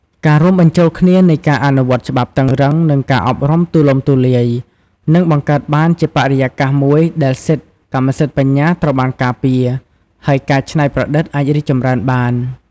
ការរួមបញ្ចូលគ្នានៃការអនុវត្តច្បាប់តឹងរ៉ឹង និងការអប់រំទូលំទូលាយ នឹងបង្កើតបានជាបរិយាកាសមួយដែលសិទ្ធិកម្មសិទ្ធិបញ្ញាត្រូវបានការពារ ហើយការច្នៃប្រឌិតអាចរីកចម្រើនបាន។